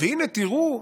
הינה, תראו,